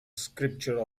scripture